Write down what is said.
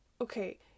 okay